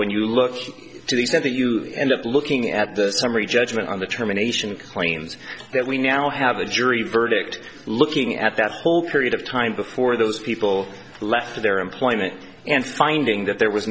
when you look to the extent that you end up looking at the summary judgment on the termination claims that we now have a jury verdict looking at that whole period of time before those people left their employment and finding that there was